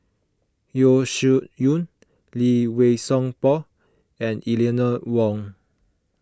Yeo Shih Yun Lee Wei Song Paul and Eleanor Wong